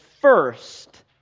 first